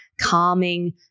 calming